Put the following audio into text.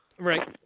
Right